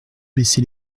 baissé